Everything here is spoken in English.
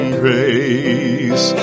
grace